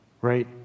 right